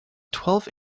twelve